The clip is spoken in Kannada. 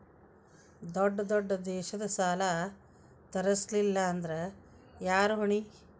ದೊಡ್ಡ ದೊಡ್ಡ ದೇಶದ ಸಾಲಾ ತೇರಸ್ಲಿಲ್ಲಾಂದ್ರ ಯಾರ ಹೊಣಿ?